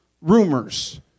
rumors